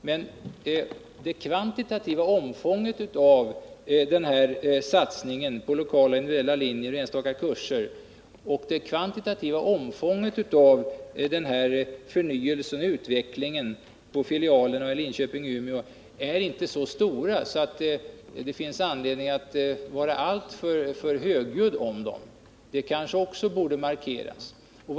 Men det kvantitativa omfånget av den här satsningen på lokala och individuella linjer och enstaka kurser och av den här förnyelsen och utvecklingen av filialerna och universiteten i Linköping och Umeå är inte så stort att det finns anledning att tala alltför högljutt om det. Det kanske också borde markeras.